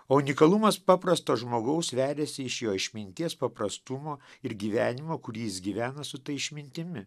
o unikalumas paprasto žmogaus veriasi iš jo išminties paprastumo ir gyvenimo kuris gyvena su ta išmintimi